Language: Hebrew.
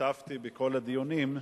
שהשתתפתי בכל הדיונים,